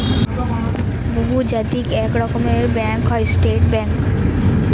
বহুজাতিক এক রকমের ব্যাঙ্ক হয় স্টেট ব্যাঙ্ক